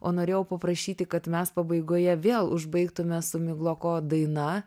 o norėjau paprašyti kad mes pabaigoje vėl užbaigtume su migloko daina